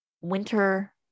winter